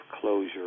closure